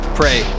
pray